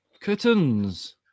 Curtains